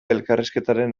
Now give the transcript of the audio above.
elkarrizketaren